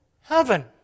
heaven